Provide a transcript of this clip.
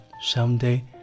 someday